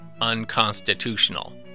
unconstitutional